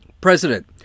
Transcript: President